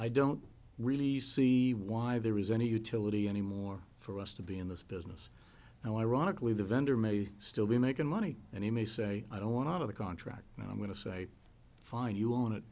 i don't really see why there is any utility anymore for us to be in this business and ironically the vendor may still be making money and he may say i don't want out of the contract and i'm going to say fine you on it